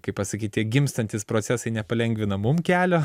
kaip pasakyt tie gimstantys procesai nepalengvina mum kelio